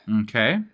Okay